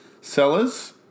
Sellers